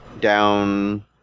Down